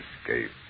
escape